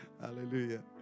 Hallelujah